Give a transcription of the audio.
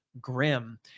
Grim